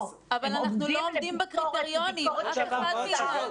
לא, הם עומדים לביקורת של האוצר.